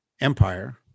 empire